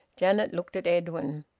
janet looked at edwin.